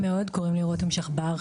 רותם שחבר.